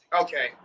Okay